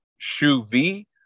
shuvi